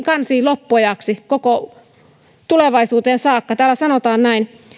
loppuajaksi tulevaisuuteen saakka niin täällä sanotaan näin